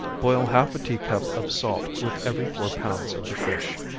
boil half a tea cup of salt with every four pounds of the fish.